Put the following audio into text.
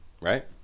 right